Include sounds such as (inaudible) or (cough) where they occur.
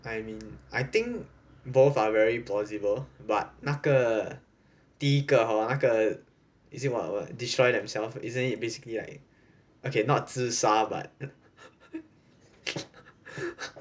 I mean I think both are very possible but 那个第一个 hor 那个 is it what destroy themselves isn't it basically like okay not 自杀 but (laughs)